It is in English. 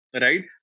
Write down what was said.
right